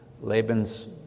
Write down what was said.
Laban's